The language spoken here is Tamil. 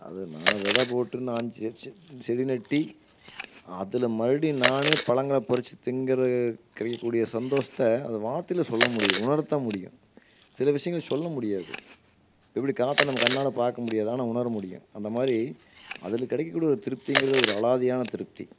அது நான் வித போட்டு நான் செ செ செடி நட்டி அதில் மறுபடியும் நானே பழங்களை பறிச்சு திங்கிறது கிடைக்க கூடிய சந்தோஷத்தை அதை வார்த்தையில் சொல்ல முடியும் உணர்த்த முடியும் சில விஷயங்களை சொல்ல முடியாது எப்படி காத்த நம்ம கண்ணால் பார்க்க முடியாது ஆனால் உணர முடியும் அந்த மாதிரி அதில் கிடைக்க கூடிய ஒரு திருப்திங்கிறது ஒரு அலாதையான திருப்தி